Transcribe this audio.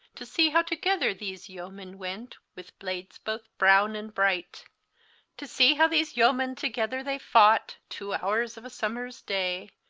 to see how together these yeomen went with blades both browne and bright to see how these yeomen together they fought two howres of a summers day,